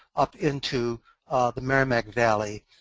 up into the merrimack valley